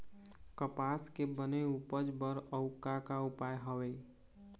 कपास के बने उपज बर अउ का का उपाय हवे?